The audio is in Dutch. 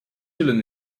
zullen